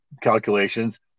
calculations